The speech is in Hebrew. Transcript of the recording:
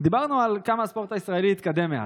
דיברנו על כמה הספורט הישראלי התקדם מאז.